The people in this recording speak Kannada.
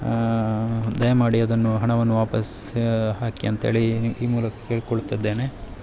ದಯಮಾಡಿ ಅದನ್ನು ಹಣವನ್ನು ವಾಪಾಸ್ ಹಾಕಿ ಅಂತೇಳಿ ಈ ಮೂಲಕ ಕೇಳಿಕೊಳ್ತಿದ್ದೇನೆ